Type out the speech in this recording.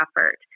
effort